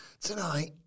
Tonight